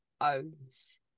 owns